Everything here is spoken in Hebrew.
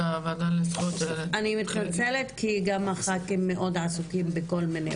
אני מתנצלת, הח"כים מאוד עסוקים בכל מיני ועדות.